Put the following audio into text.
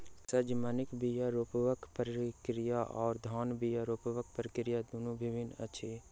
सजमनिक बीया रोपबाक प्रक्रिया आ धानक बीया रोपबाक प्रक्रिया दुनु भिन्न अछि